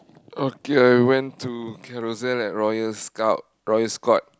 okay I went to Carousel at Royal scout Royal Scott